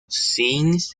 zinc